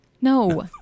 no